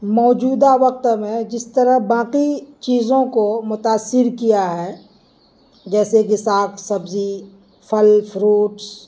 موجودہ وقت میں جس طرح باقی چیزوں کو متاثر کیا ہے جیسے کہ ساگ سبزی پھل فروٹس